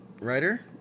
writer